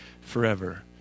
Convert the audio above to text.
forever